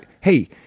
Hey